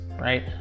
right